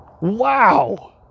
Wow